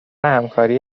همکاری